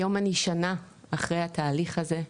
היום אני שנה אחרי התהליך הזה,